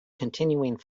continuing